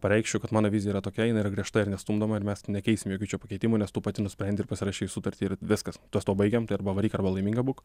pareikšiu kad mano vizija yra tokia jinai yra griežta ir nestumdoma ir mes nekeisim jokių čia pakeitimų nes tu pati nusprendi ir pasirašei sutartį ir viskas ties tuo baigiam tai arba varyk arba laiminga būk